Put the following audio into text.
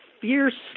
fiercely